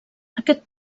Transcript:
aquest